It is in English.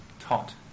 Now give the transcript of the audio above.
taught